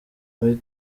muri